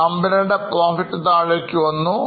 കമ്പനിയുടെ profit താഴേക്കു വന്നു